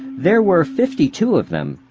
there were fifty two of them,